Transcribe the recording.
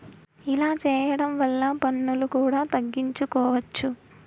ఇలా చేయడం వల్ల పన్నులు కూడా తగ్గించుకోవచ్చు